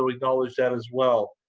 so acknowledge that as well.